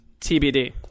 TBD